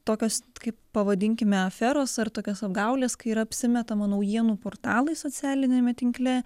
tokios kaip pavadinkime aferos ar tokios apgaulės kai yra apsimetama naujienų portalais socialiniame tinkle